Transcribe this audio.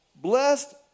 Blessed